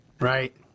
right